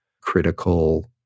critical